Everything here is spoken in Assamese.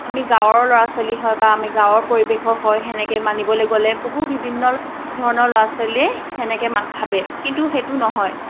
আমি গাঁৱৰ ল'ৰা ছোৱালী হয় বা আমি গাঁৱৰ পৰিৱেশৰ হয় সেনেকৈ মানিবলৈ গ'লে বহু বিভিন্ন ধৰণৰ ল'ৰা ছোৱালীয়ে সেনেকৈ মা ভাবে কিন্তু সেইটো নহয়